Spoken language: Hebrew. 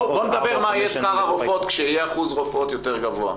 --- בוא נדבר מה יהיה שכר הרופאות כשיהיה אחוז רופאות יותר גבוה.